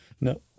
No